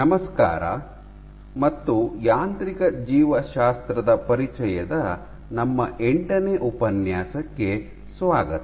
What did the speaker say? ನಮಸ್ಕಾರ ಮತ್ತು ಯಾಂತ್ರಿಕ ಜೀವಶಾಸ್ತ್ರದ ಪರಿಚಯದ ನಮ್ಮ ಎಂಟನೇ ಉಪನ್ಯಾಸಕ್ಕೆ ಸ್ವಾಗತ